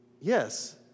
yes